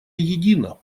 едина